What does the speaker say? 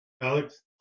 Alex